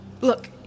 Look